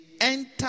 enter